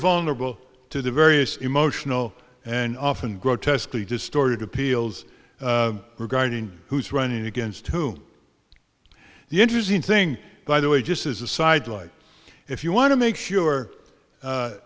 vulnerable to the various emotional and often grotesquely distorted appeals regarding who's running against whom the interesting thing by the way just as a side light if you want to make sure